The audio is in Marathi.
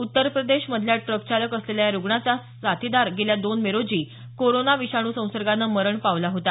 उत्तर प्रदेश मधील ट्रक चालक असलेल्या या रुग्णाचा साथीदार गेल्या दोन मे रोजी कोरोना विषाणू संसर्गानं मरण पावला होता